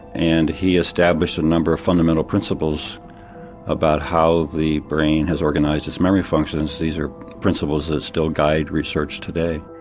and he established a number of fundamental principles about how the brain has organised its memory functions. these are principles that still guide research today.